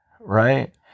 right